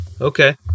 okay